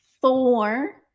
four